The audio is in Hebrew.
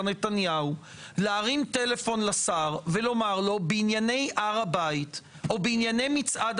נתניהו להרים טלפון לשר ולומר לו: בענייני הר הבית או בענייני מצעד